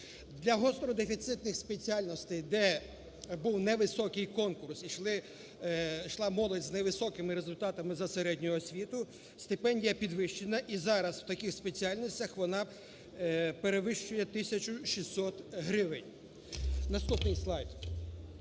Для гостро дефіцитних спеціальностей, де був невисокий конкурс, йшла молодь з невисокими результатами за середню освіту, стипендія підвищена, і зараз в таких спеціальностях вона перевищує 1 тисячу 600 гривень. Наступний слайд.